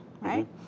right